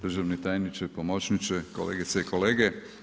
Državni tajniče, pomoćniče, kolegice i kolege.